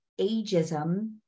ageism